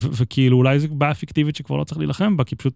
וכאילו אולי זה בעיה פיקטיבית שכבר לא צריך להילחם בה כי פשוט.